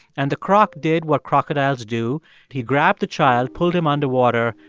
and the croc did what crocodiles do he grabbed the child, pulled him underwater.